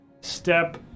step